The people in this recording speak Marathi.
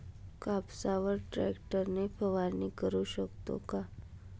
कापसावर ट्रॅक्टर ने फवारणी करु शकतो का?